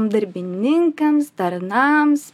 darbininkams tarnams